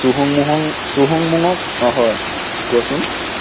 চুহুংমুহং চুহুংমুঙক অঁ হয় কোৱোচোন